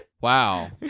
wow